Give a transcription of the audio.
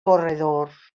corredors